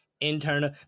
internal